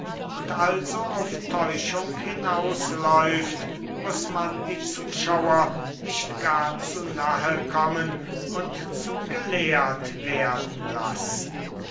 und also auf täuschung hinausläuft muß man die zuschauer nicht gar zu nahe kommen und zu gelehrt werden lassen